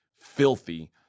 filthy